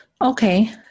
Okay